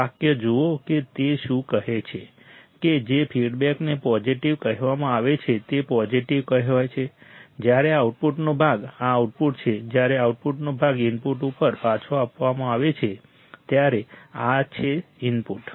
વાક્ય જુઓ કે તે શું કહે છે કે જે ફીડબેકને પોઝિટિવ કહેવામાં આવે છે તે પોઝિટિવ કહેવાય છે જ્યારે આઉટપુટનો ભાગ આ આઉટપુટ છે જ્યારે આઉટપુટનો ભાગ ઇનપુટ ઉપર પાછો આપવામાં આવે છે ત્યારે આ છે ઇનપુટ